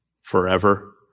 forever